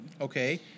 Okay